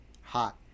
hot